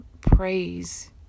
praise